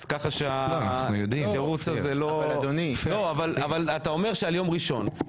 אתה מדבר על יום ראשון.